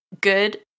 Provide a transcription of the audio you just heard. good